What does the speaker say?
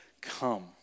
come